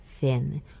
thin